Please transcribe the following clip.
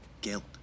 guilt